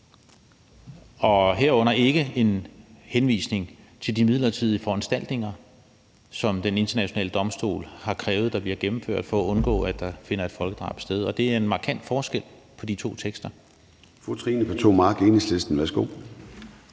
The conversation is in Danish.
herunder ikke en henvisning til de midlertidige foranstaltninger, som Den Internationale Domstol har krævet der bliver gennemført for at undgå, at der finder et folkedrab sted. Og det er en markant forskel på de to tekster.